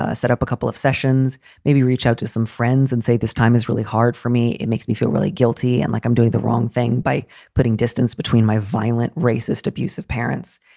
ah set up a couple of sessions, maybe reach out to some friends and say this time is really hard for me. it makes me feel really guilty and like i'm doing the wrong thing by putting distance between my violent, racist, abusive parents.